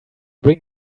bring